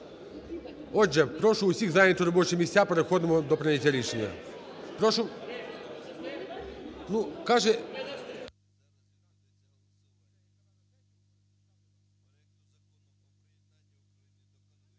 Отже, прошу усіх зайняти робочі місця, переходимо до прийняття рішення.